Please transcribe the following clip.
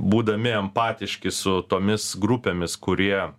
būdami empatiški su tomis grupėmis kurie